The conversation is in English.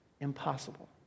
impossible